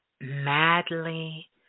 madly